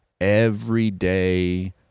everyday